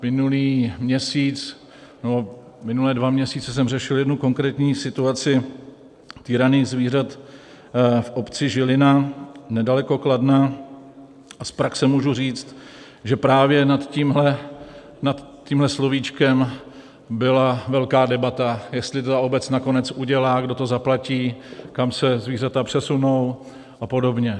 Minulý měsíc, nebo minulé dva měsíce jsem řešil jednu konkrétní situaci týraných zvířat v obci Žilina nedaleko Kladna a z praxe můžu říct, že právě nad tímhle slovíčkem byla velká debata, jestli to ta obec nakonec udělá, kdo to zaplatí, kam se zvířata přesunou apod.